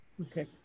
Okay